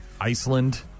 Iceland